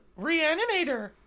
Reanimator